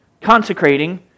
consecrating